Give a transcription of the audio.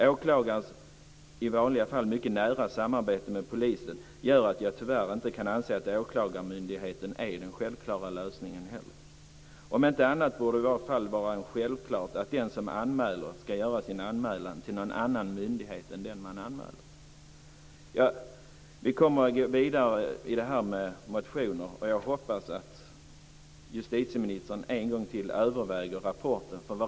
Åklagarens i vanliga fall mycket nära samarbete med Polisen gör att jag tyvärr inte kan anse att åklagarmyndigheten är den självklara lösningen. Det borde vara självklart att anmälaren skall göra sin anmälan till någon annan myndighet än den som blir anmäld. Vi kommer att gå vidare i ärendet genom att väcka motioner. Jag hoppas att justitieministern än en gång överväger rapporten.